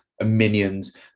minions